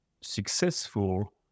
successful